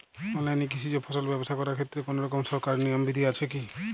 অনলাইনে কৃষিজ ফসল ব্যবসা করার ক্ষেত্রে কোনরকম সরকারি নিয়ম বিধি আছে কি?